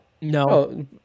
no